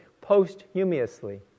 posthumously